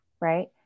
right